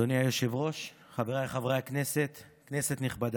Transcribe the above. אדוני היושב-ראש, חבריי חברי הכנסת, כנסת נכבדה,